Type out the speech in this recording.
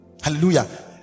hallelujah